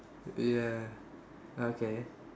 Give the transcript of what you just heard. ya okay